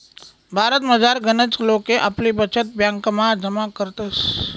भारतमझार गनच लोके आपली बचत ब्यांकमा जमा करतस